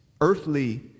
earthly